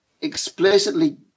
explicitly